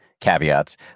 Caveats